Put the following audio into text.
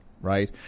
right